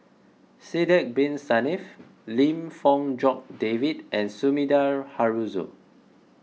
Sidek Bin Saniff Lim Fong Jock David and Sumida Haruzo